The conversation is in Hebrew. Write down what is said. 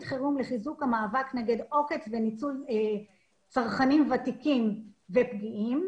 חירום לחיזוק המאבק נגד עושק וניצול צרכנים ותיקים ופגיעים.